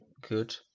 good